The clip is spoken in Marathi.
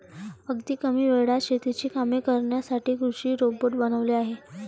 अगदी कमी वेळात शेतीची कामे करण्यासाठी कृषी रोबोट बनवले आहेत